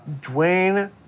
Dwayne